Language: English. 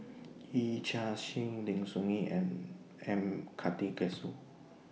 Yee Chia Hsing Lim Soo Ngee and M Karthigesu